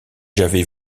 j’avais